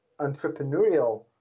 entrepreneurial